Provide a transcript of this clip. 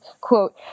quote